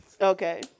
okay